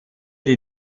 die